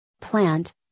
plant